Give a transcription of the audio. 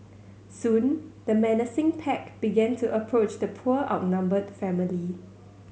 soon the menacing pack began to approach the poor outnumbered family